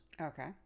Okay